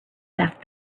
left